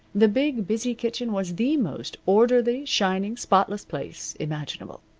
the big, busy kitchen was the most orderly, shining, spotless place imaginable.